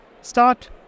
start